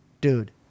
Dude